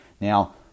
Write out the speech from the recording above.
Now